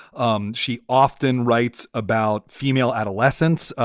um she often writes about female adolescence.